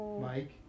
mike